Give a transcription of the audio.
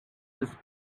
his